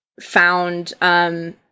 found –